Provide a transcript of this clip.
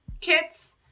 kits